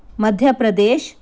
Madhya Pradesh